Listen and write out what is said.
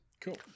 Cool